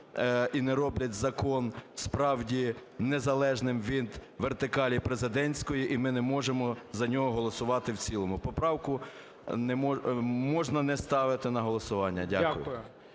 і не роблять закон, справді, незалежним від вертикалі президентської, і ми не можемо за нього голосувати в цілому. Поправку можна не ставити на голосування. Дякую.